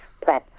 plan